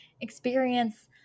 experience